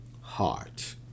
heart